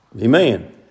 Amen